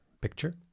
Picture